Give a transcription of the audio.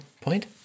point